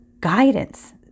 guidance